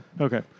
Okay